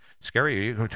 scary